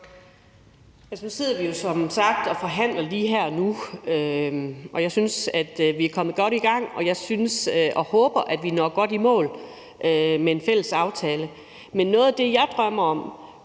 Vi sidder som sagt og forhandler lige nu og her, og jeg synes, at vi er kommet godt i gang, og jeg håber, at vi når godt i mål med en fælles aftale. Men noget af det, jeg drømmer om,